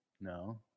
No